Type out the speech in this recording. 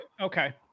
okay